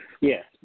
Yes